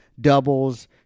doubles